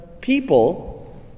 people